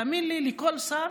תאמין לי, לכל שר